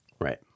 Right